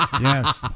Yes